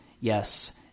yes